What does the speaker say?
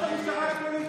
פוליטית,